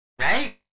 right